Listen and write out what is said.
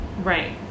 Right